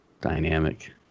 dynamic